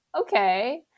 Okay